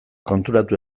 konturatu